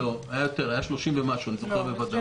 לא, היה יותר, היה 30 ומשהו, אני זוכר בוודאות.